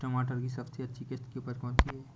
टमाटर की सबसे अच्छी किश्त की उपज कौन सी है?